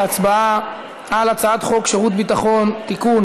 להצבעה על הצעת חוק שירות ביטחון (תיקון,